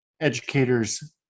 educators